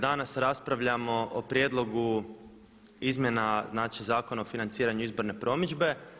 Danas raspravljamo o prijedlogu izmjena Zakona o financiranju izborne promidžbe.